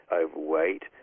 overweight